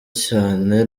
cyane